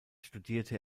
studierte